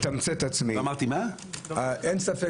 אין ספק